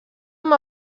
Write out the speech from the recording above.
amb